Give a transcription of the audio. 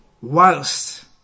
Whilst